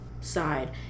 side